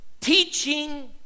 teaching